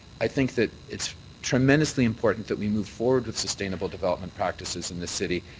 i think that it's tremendously important that we move forward with sustainable development practices in this city.